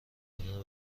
کارکنان